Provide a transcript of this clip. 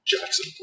Jackson